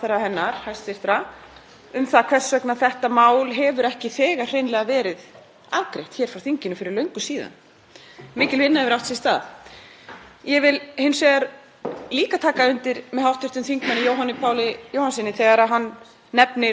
Ég vil hins vegar líka taka undir með hv. þm. Jóhanni Páli Jóhannssyni þegar hann nefnir aðgerðir sem boðað hefur verið til og ekkert bólar á. Þá veltir maður fyrir sér hvar sökin á því liggur og maður veltir fyrir sér hvort hæstv.